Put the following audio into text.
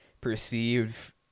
perceive